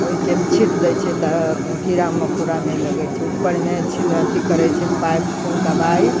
ओहिके छीँट दे छै तऽ कीड़ा मकोड़ा नहि लगैत छै ऊपरमे अथि करैत छै पाइप से दवाइ